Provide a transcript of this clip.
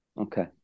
Okay